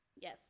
Yes